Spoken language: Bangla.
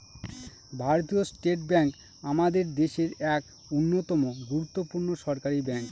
ভারতীয় স্টেট ব্যাঙ্ক আমাদের দেশের এক অন্যতম গুরুত্বপূর্ণ সরকারি ব্যাঙ্ক